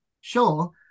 Sure